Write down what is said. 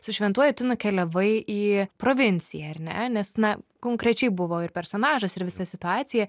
su šventuoju tu nukeliavai į provinciją ar ne nes na konkrečiai buvo ir personažas ir visa situacija